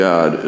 God